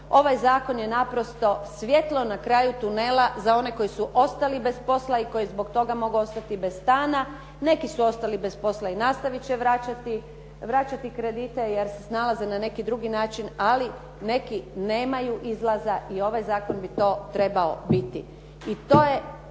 Ovaj zakon je naprosto svjetlo na kraju tunela za one koji su ostali bez posla i koji zbog toga mogu ostati bez stana. Neki su ostali bez posla i nastaviti će vraćati kredite jer se snalaze na neki drugi način, ali neki nemaju izlaza i ovaj zakon bi to trebao biti.